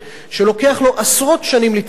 שלוקח לו עשרות שנים לצמוח,